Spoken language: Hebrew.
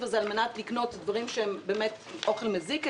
הזה על מנת לקנות דברים שהם אוכל מזיק,